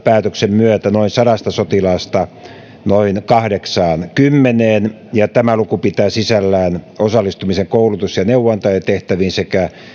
päätöksen myötä noin sadasta sotilaasta noin kahdeksaankymmeneen ja tämä luku pitää sisällään osallistumisen koulutus ja neuvonantotehtäviin sekä